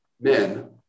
men